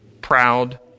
proud